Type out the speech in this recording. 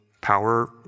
power